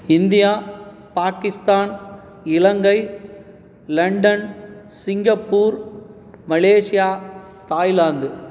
India Pakistan Sri Lanka London Singapore Malaysia Thailand